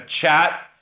chat